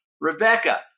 Rebecca